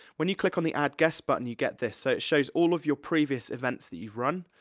when you click on the add guest button you get this, so it shows all of your previous events that you've run.